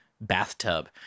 bathtub